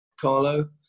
Carlo